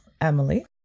Emily